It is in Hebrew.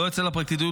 לא אצל הפרקליטות,